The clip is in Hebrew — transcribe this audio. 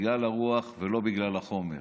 בגלל הרוח ולא בגלל החומר.